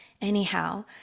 anyhow